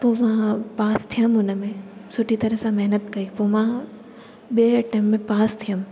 पोइ मां पास थियमि उनमें सुठी तरह सां महिनत कई पोइ मां ॿिए अटैम्प में पास थियमि